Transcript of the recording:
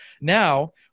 Now